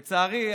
לצערי,